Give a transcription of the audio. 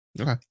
Okay